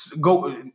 go